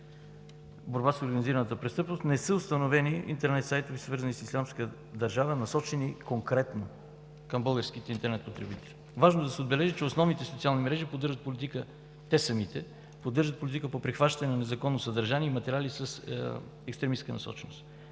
„Борба с организираната престъпност“ не са установени интернет сайтове, свързани с „Ислямска държава“, насочени конкретно към българските интернет потребители. Важно е да се отбележи, че основните социални мрежи – те самите, поддържат политика по прихващане на незаконно съдържание и материали с екстремистка насоченост.